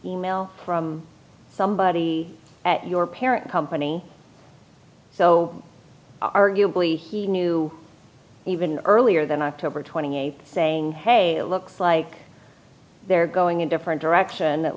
e mail from somebody at your parent company so arguably he knew even earlier than i to over twenty eight saying hey it looks like they're going in different direction it